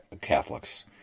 Catholics